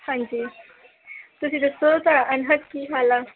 ਹਾਂਜੀ ਤੁਸੀਂ ਦੱਸੋ ਕੀ ਹਾਲ ਆ